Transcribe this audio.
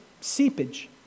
seepage